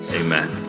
Amen